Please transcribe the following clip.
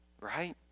right